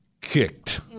kicked